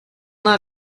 not